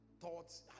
thoughts